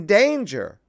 danger